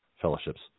Fellowships